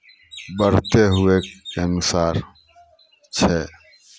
बढ़तै हुएके अनुसार छै